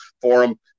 forum